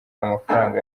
amafaranga